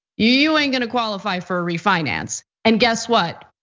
you ain't gonna qualify for a refinance. and guess what?